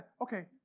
okay